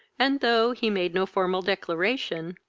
and, though, he made no formal declaration,